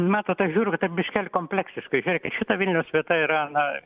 matot aš žiūriu kad taip biškelį kompleksiškai žiūrėkit šita vilniaus vieta yra na